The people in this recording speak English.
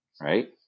right